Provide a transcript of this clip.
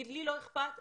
לי לא אכפת,